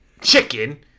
chicken